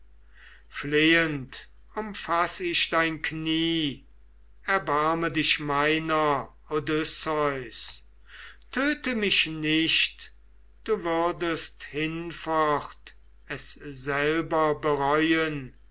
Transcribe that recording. flehend umfaß ich dein knie erbarme dich meiner odysseus töte mich nicht du würdest hinfort es selber bereuen